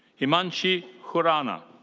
himianshi khurana.